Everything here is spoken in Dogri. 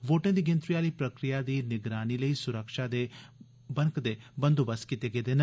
वोटें दी गिनतरी आहली प्रक्रिया दी निगरानी लेई सुरक्षा दे उचित बंदोबस्त कीते गेदे न